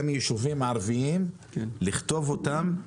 גם ישובים הערביים לכתוב אותם,